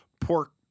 pork